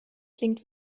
klingt